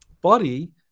body